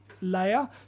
layer